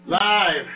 Live